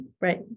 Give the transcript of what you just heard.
right